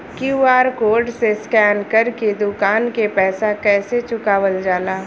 QR code से scan कर के दुकान के पैसा कैसे चुकावल जाला?